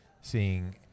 seeing